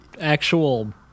actual